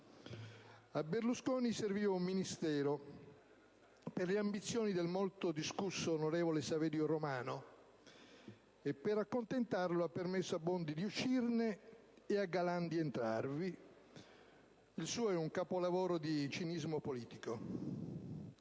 A Berlusconi serviva un Ministero per le ambizioni del molto discusso onorevole Saverio Romano e per accontentarlo ha permesso a Bondi di uscirne e a Galan di entrarvi. Il suo è un capolavoro di cinismo politico.